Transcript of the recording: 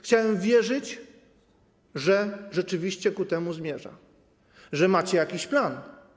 Chciałem wierzyć, że rzeczywiście ku temu to zmierza, że macie jakiś plan.